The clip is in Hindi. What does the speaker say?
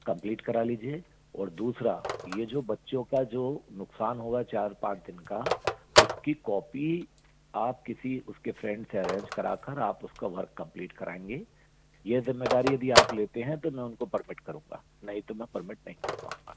कंप्लीट करा लीजिए और दूसरा ये जो बच्चों का जो नुक़सान हुआ चार पाँच दिन का उसकी कॉपी आप किसी उसके फ्रेंड से अरेंज करा कर आप उसका वर्क कंप्लीट कराएंगे ये ज़िम्मेदारी यदि आप लेते हैं तो मैं उनको परमिट्ट करूँगा नहीं तो मैं परमिट्ट नहीं कर पाऊँगा